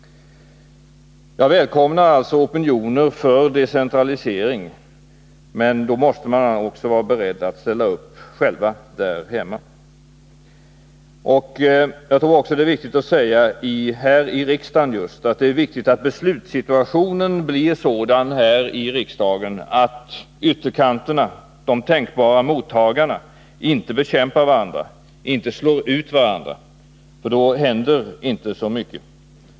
Jag välkomnar alltså opinioner för decentralisering, men då måste man också vara beredd att själv ställa upp där hemma. Det är vidare viktigt att beslutssituationen blir sådan här i riksdagen att ytterkanterna, de tänkbara mottagarna, inte bekämpar varandra, inte slår ut varandra, för då händer inte så mycket.